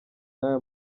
n’aya